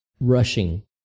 rushing